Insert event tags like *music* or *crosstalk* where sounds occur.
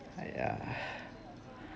ah yeah *breath*